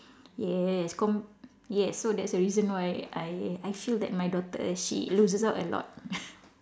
yes com~ yes so that's the reason why I I feel that my daughter she loses out a lot